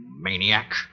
maniac